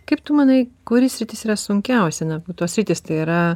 kaip tu manai kuri sritis yra sunkiausia na tos sritys tai yra